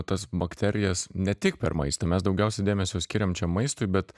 tas bakterijas ne tik per maistą mes daugiausia dėmesio skiriam čia maistui bet